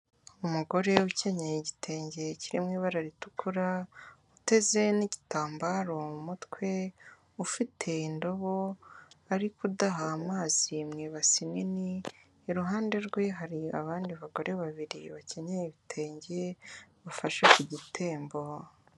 Umugore ukenyeye igitenge kiri mu ibara ritukura, uteze n'igitambaro mu mutwe, ufite indobo, ari kudaha amazi mu ibasi nini, iruhande rwe hari abandi bagore babiri bakenyeye ibitenge, bafashe ku gitembo.